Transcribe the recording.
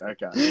Okay